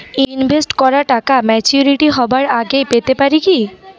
Invest করা টাকা maturity হবার আগেই পেতে পারি কি?